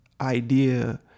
idea